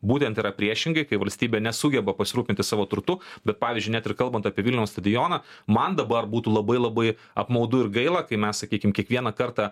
būtent yra priešingai kai valstybė nesugeba pasirūpinti savo turtu bet pavyzdžiui net ir kalbant apie vilniaus stadioną man dabar būtų labai labai apmaudu ir gaila kai mes sakykim kiekvieną kartą